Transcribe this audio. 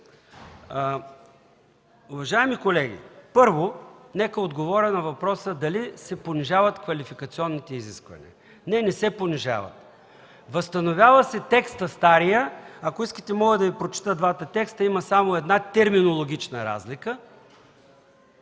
Уважаеми колеги, първо нека отговоря на въпроса дали се понижават квалификационните изисквания. Не, не се понижават. Възстановява се старият текст. Ако искате, мога да Ви прочета двата текста, има само една терминологична разлика.